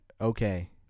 Okay